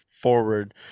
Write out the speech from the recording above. forward